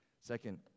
second